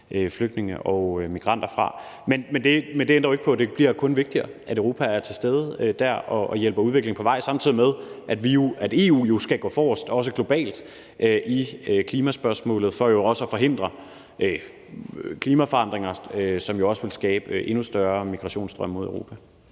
flygtninge og migranter fra. Men det ændrer ikke på, at det kun bliver vigtigere, at Europa er til stede dér og hjælper udviklingen på vej, samtidig med at EU jo skal gå forrest, også globalt, i klimaspørgsmålet for også at forhindre klimaforandringer, som også vil skabe endnu større migrationsstrømme mod Europa.